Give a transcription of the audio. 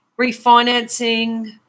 refinancing